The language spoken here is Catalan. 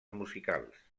musicals